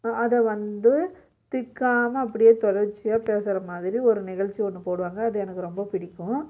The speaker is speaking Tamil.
அதை வந்து திக்காமல் அப்படியே தொடர்ச்சியாக பேசுகிற மாதிரி ஒரு நிகழ்ச்சி ஒன்று போடுவாங்க அது எனக்கு ரொம்ப பிடிக்கும்